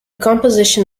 composition